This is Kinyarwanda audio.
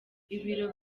ibiro